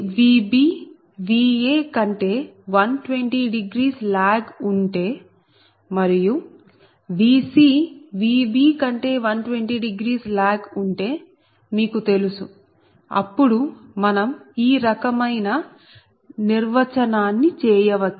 VbVa కంటే 1200 lag ఉంటే మరియు Vc Vb కంటే 1200 లాగ్ ఉంటే మీకు తెలుసు అప్పుడు మనం ఈ రకమైన నిర్వచనాన్ని చేయవచ్చు